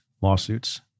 lawsuits